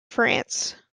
france